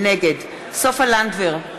נגד סופה לנדבר,